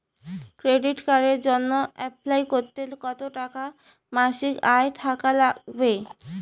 Credit কার্ডের জইন্যে apply করিতে কতো টাকা মাসিক আয় থাকা নাগবে?